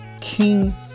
King